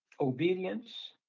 obedience